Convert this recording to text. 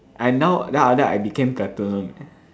I now then after that I became platinum